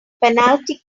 penalty